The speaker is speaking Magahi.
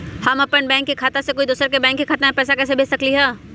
हम अपन बैंक खाता से कोई दोसर के बैंक खाता में पैसा कैसे भेज सकली ह?